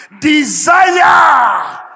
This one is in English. desire